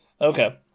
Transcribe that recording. okay